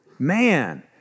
Man